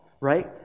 right